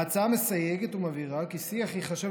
ההצעה מסייגת ומבהירה כי שיח ייחשב